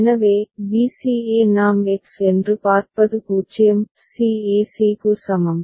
எனவே b c e நாம் X என்று பார்ப்பது 0 c e c க்கு சமம்